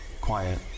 Quiet